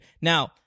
Now